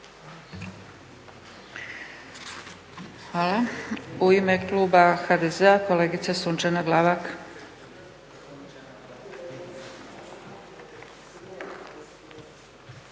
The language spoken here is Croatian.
Hvala. U ime kluba HDZ-a kolegica Sunčana Glavak.